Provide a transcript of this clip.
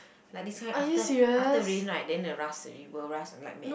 like this kind after after rain right then the rust it will rust like mad